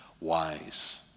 wise